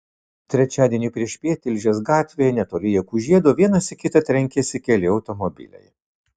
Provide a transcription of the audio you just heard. trečiadienį priešpiet tilžės gatvėje netoli jakų žiedo vienas į kitą trenkėsi keli automobiliai